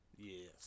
Yes